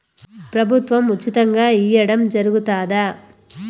ప్రభుత్వం ఉచితంగా ఇయ్యడం జరుగుతాదా?